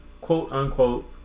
quote-unquote